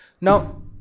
Now